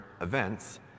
events